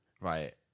Right